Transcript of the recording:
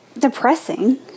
depressing